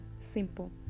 simple